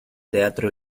teatro